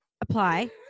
apply